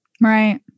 Right